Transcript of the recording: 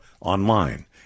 online